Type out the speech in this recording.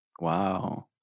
Wow